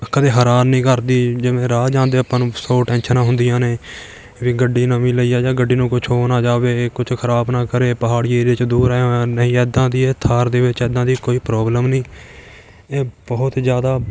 ਕਦੇ ਹੈਰਾਨ ਨਹੀਂ ਕਰਦੀ ਜਿਵੇਂ ਰਾਹ ਜਾਂਦੇ ਆਪਾਂ ਨੂੰ ਸੌ ਟੈਨਸ਼ਨਾਂ ਹੁੰਦੀਆਂ ਨੇ ਵੀ ਗੱਡੀ ਨਵੀਂ ਲਈ ਆ ਜਾਂ ਗੱਡੀ ਨੂੰ ਕੁਛ ਹੋ ਨਾ ਜਾਵੇ ਇਹ ਕੁਛ ਖ਼ਰਾਬ ਨਾ ਕਰੇ ਪਹਾੜੀ ਏਰੀਏ 'ਚ ਦੂਰ ਆਏ ਹੋਏ ਹਾਂ ਨਹੀਂ ਇੱਦਾਂ ਦੀ ਏ ਥਾਰ ਦੇ ਵਿੱਚ ਇੱਦਾਂ ਦੀ ਕੋਈ ਪ੍ਰੋਬਲਮ ਨਹੀਂ ਇਹ ਬਹੁਤ ਜ਼ਿਆਦਾ